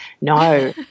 no